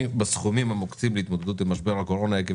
בסכומים המוקצים להתמודדות עם משבר הקורונה עקב